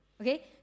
Okay